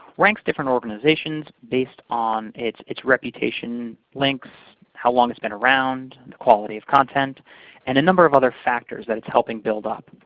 ranks different organizations based on its its reputation, links, how long it's been around, quality of content and any number of other factors that it's helping build up.